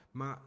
ma